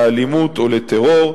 לאלימות או לטרור,